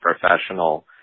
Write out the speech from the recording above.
professional